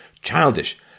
childish